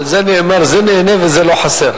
על זה נאמר: זה נהנה וזה לא חסר.